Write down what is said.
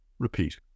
Repeat